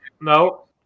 no